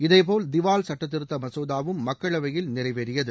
இதேபோல் திவால் சட்டத்திருத்த மசோதாவும் மக்களவையில் நிறைவேறியது